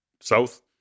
south